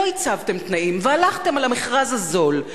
לא הצבתם תנאים והלכתם על המכרז הזול.